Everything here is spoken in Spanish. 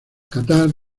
catar